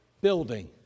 building